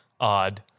Odd